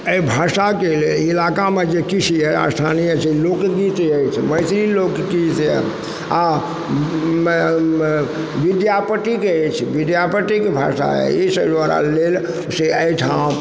अइ भाषाके लिए ई इलाकामे जे किछु यऽ स्थानीय जे लोकगीत यऽ अइ ठाम मैथिली लोकगीत यऽ आओर विद्यापतिके अछि विद्यापतिके भाषा ईसब हमरा लेल से अइ ठाम